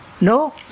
No